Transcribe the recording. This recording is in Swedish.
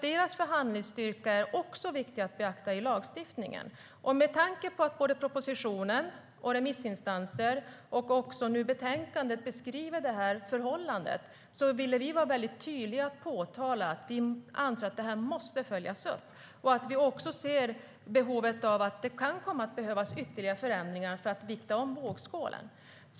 Deras förhandlingsstyrka är också viktig att beakta i lagstiftningen. Med tanke på att propositionen, remissinstanser och nu också betänkandet beskriver det här förhållandet ville vi vara väldigt tydliga och påtala att vi anser att det här måste följas upp och att vi också ser att det kan komma att behövas ytterligare förändringar för att vikta om vågskålen.